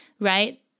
right